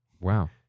Wow